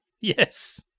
Yes